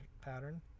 pattern